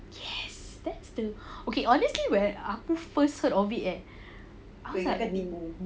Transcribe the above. yes that's the okay honestly when aku first heard of it eh I was like